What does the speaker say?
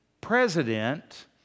president